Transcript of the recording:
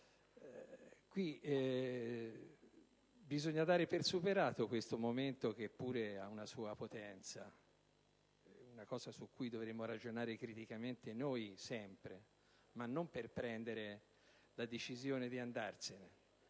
Bisogna dare per superato questo momento, che pure ha una sua potenza; è una questione su cui dovremmo ragionare criticamente sempre, non per prendere la decisione di andarcene,